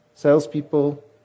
salespeople